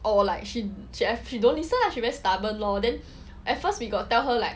oh like she she she don't listen lah she very stubborn lor then at first we got tell her like